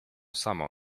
samo